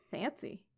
Fancy